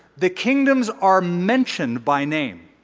the kingdoms are mentioned by name.